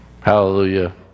hallelujah